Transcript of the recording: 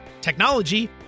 technology